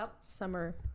summer